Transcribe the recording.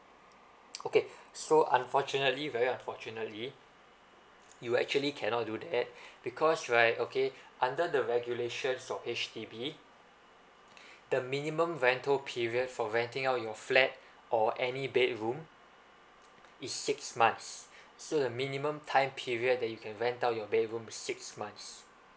okay so unfortunately very unfortunately you actually cannot do that because right okay under the regulations of H_D_B the minimum rental period for renting out your flat or any bedroom is six months so the minimum time period that you can rent out you bedroom is six months